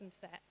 set